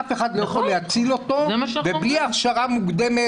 ואף אחד לא יכול להציל אותו ובלי הכשרה מוקדמת,